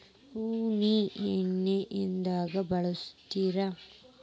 ಉಣ್ಣಿ ಎಣ್ಣಿ ಎದ್ಕ ಬಳಸ್ತಾರ್?